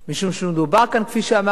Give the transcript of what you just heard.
משום שמדובר כאן, כפי שאמרתי,